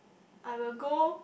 I will go